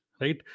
Right